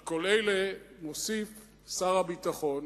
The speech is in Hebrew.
על כל אלה מוסיף שר הביטחון,